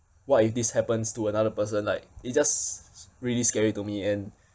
what if this happens to another person like it just s~ really scary to me and